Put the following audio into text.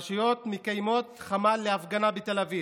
הרשויות מקיימות חמ"ל להפגנות בתל אביב,